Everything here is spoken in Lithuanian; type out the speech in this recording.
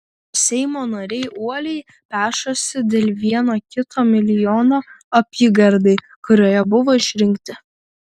seimo nariai uoliai pešasi dėl vieno kito milijono apygardai kurioje buvo išrinkti